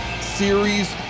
series